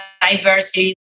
diversity